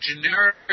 generic